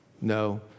No